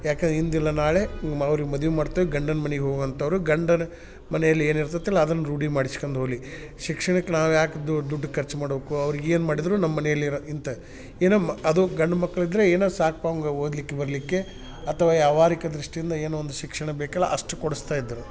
ಯಾಕೆಂದ್ರೆ ಇಂದಲ್ಲ ನಾಳೆ ಮ್ ಅವ್ರಿಗೆ ಮದ್ವೆ ಮಾಡ್ತೇವೆ ಗಂಡನ ಮನೆಗ್ ಹೋಗಂಥವರು ಗಂಡನ ಮನೆಯಲ್ಲಿ ಏನು ಇರ್ತೈತಲ್ಲ ಅದನ್ನು ರೂಢಿ ಮಾಡ್ಸ್ಕಂಡು ಹೋಗ್ಲಿ ಶಿಕ್ಷಣಕ್ಕೆ ನಾವು ಯಾಕೆ ದುಡ್ಡು ಖರ್ಚು ಮಾಡ್ಬೇಕು ಅವ್ರಿಗೆ ಏನು ಮಾಡಿದ್ರೂ ನಮ್ಮ ಮನೆಯಲ್ಲಿ ಇರೋ ಅಂತ ಏನೋ ಮ್ ಅದು ಗಂಡ ಮಕ್ಳು ಇದ್ದರೆ ಏನೋ ಸಾಕಪ್ಪ ಅವ್ಗೆ ಓದ್ಲಿಕ್ಕೆ ಬರಿಲಿಕ್ಕೆ ಅಥವಾ ವ್ಯಾವಾರಿಕ ದೃಷ್ಟಿಯಿಂದ ಏನು ಒಂದು ಶಿಕ್ಷಣ ಬೇಕಲ್ವ ಅಷ್ಟು ಕೊಡಿಸ್ತಾ ಇದ್ದರು